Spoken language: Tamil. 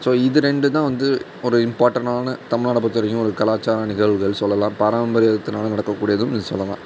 ஸோ இது ரெண்டும் தான் வந்து ஒரு இம்பார்டண்ட்டான தமிழ்நாடை பொறுத்த வரைக்கும் ஒரு கலாச்சார நிகழ்வுகள் சொல்லலாம் பாரம்பரியத்தினால் நடக்கக்கூடியதும் இது சொல்லலாம்